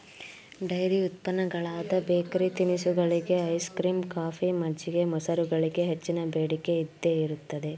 dairy ಉತ್ಪನ್ನಗಳಾದ bakery ತಿನಿಸುಗಳಿಗೆ, ice cream, coffee, ಮಜ್ಜಿಗೆ, ಮೊಸರುಗಳಿಗೆ ಹೆಚ್ಚಿನ ಬೇಡಿಕೆ ಇದ್ದೇ ಇರುತ್ತದೆ